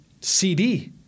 CD